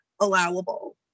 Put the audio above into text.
allowable